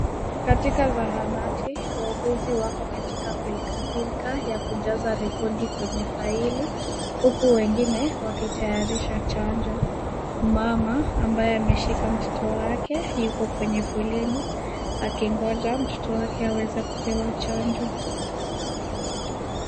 Katika zahanati wauguzi wako katika pilikapilika ya kujaza rekodi kwenye faili huku wengine wakitayarisha chanjo. Mama ambaye ameshika mtoto wake yuko kwenye foleni akingoja mtoto wake aweze kupewa chanjo.